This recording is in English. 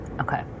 Okay